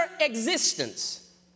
existence